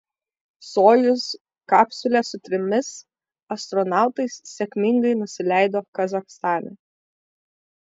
sojuz kapsulė su trimis astronautais sėkmingai nusileido kazachstane